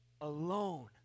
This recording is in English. alone